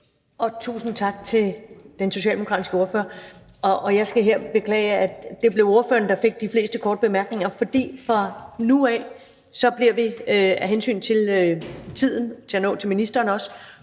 Tusind tak til den socialdemokratiske ordfører. Jeg skal her beklage, at det blev ordføreren, der fik de fleste korte bemærkninger. Fra nu af bliver der af hensyn til tiden, for vi skal også nå til ministeren,